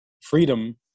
freedom